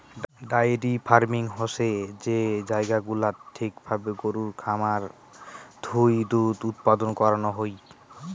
diary farming হসে যে জায়গা গুলাত ঠিক ভাবে গরুর খামার থুই দুধ উৎপাদন করানো হুই